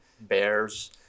bears